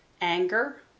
anger